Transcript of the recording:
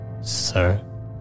Sir